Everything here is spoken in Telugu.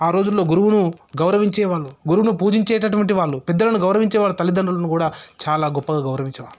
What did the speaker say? ఆ రోజుల్లో గురువును గౌరవించే వాళ్ళు గురువును పూజించేటటువంటి వాళ్ళు పెద్దలను గౌరవించేవారు తల్లిదండ్రులను కూడా చాలా గొప్పగా గౌరవించేవాళ్ళు